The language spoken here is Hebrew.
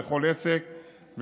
לכל עסק,